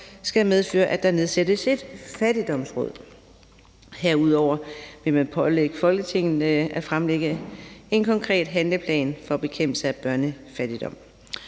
skal medføre, at der nedsættes et fattigdomsråd. Herudover vil man pålægge regeringen at fremlægge en konkret handleplan for bekæmpelse af børnefattigdom.